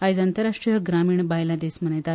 आयज आंतरराश्ट्रीय ग्रामीण बायलां दीस मनयतात